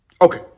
Okay